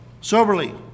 soberly